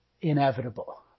inevitable